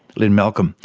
lynne malcolm,